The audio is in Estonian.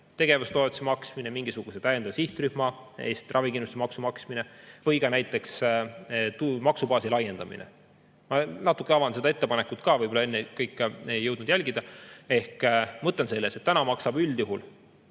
tegevustoetuse maksmine, mingisuguse täiendava sihtrühma eest ravikindlustusmaksu maksmine või ka näiteks maksubaasi laiendamine. Ma natuke avan seda ettepanekut ka, võib-olla enne kõik ei jõudnud jälgida. Selle mõte on selles, et praegu maksab üldjuhul